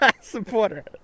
Supporter